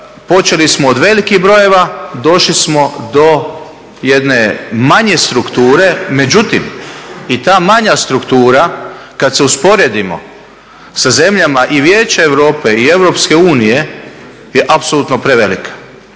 počeli smo od velikih brojeva, došli smo do jedne manje strukture. Međutim i ta manja struktura kada se usporedimo sa zemljama EU i Vijeća Europe i EU je apsolutno prevelik.